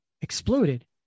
Exploded